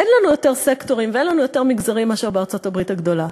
אין לנו יותר סקטורים ואין לנו יותר מגזרים מאשר בארצות-הברית הגדולה.